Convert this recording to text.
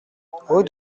rue